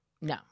No